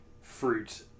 fruit